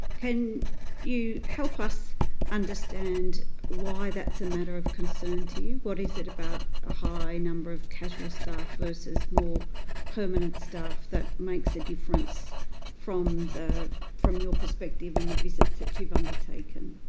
can you help us understand why that's a matter of concern to you what is it about a high number of casual staff versus more permanent staff that makes a difference from the from your perspective and the visits that you've undertaken?